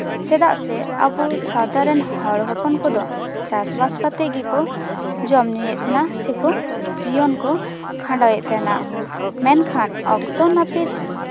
ᱪᱮᱫᱟᱜ ᱥᱮ ᱟᱵᱚ ᱥᱟᱶᱛᱟ ᱨᱮᱱ ᱦᱚᱲ ᱦᱚᱯᱚᱱ ᱠᱚᱫᱚ ᱪᱟᱥᱼᱵᱟᱥ ᱠᱟᱛᱮ ᱜᱮᱠᱚ ᱡᱚᱢ ᱧᱩᱭᱮᱜ ᱛᱟᱦᱮᱱᱟ ᱥᱮᱠᱚ ᱡᱤᱭᱚᱱ ᱠᱚ ᱠᱷᱟᱱᱰᱟᱣ ᱮᱜ ᱛᱟᱦᱮᱱᱟ ᱢᱮᱱᱠᱷᱟᱱ ᱚᱠᱛᱚ ᱱᱟᱹᱯᱤᱛ